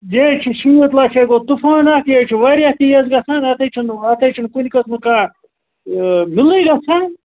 بیٚیہِ چھِ شیٖتھ لَچھ حظ گٔے طوٗفانا یہِ چھُو واریاہ تیز گژھان اَتھ ہَے چھُنہٕ اَتھ ہَے چھُنہٕ کُنہِ قٕسمُک کانٛہہ بِلٕے گژھان